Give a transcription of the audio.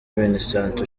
minisante